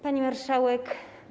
Pani Marszałek!